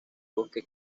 bosque